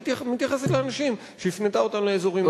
היא מתייחסת לאנשים שהיא הפנתה לאזורים אחרים?